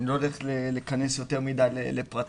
אני לא הולך להיכנס יותר מידי לפרטים,